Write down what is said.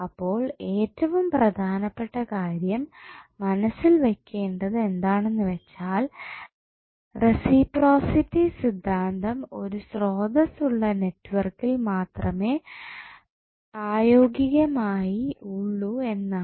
അപ്പോൾ ഏറ്റവും പ്രധാനപ്പെട്ട കാര്യം മനസ്സിൽ വെക്കേണ്ടത് എന്താണെന്നുവെച്ചാൽ റസിപ്രോസിറ്റി സിദ്ധാന്തം ഒരു സ്രോതസ്സ് ഉള്ള നെറ്റ്വർക്കിൽ മാത്രമേ പ്രായോഗികമായി ഉള്ളൂ എന്നാണ്